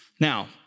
Now